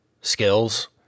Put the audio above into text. skills